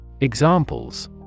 Examples